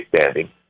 standing